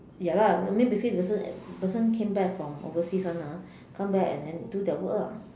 ya lah I meant the same person person come back from overseas [one] ah come back and then do their work lah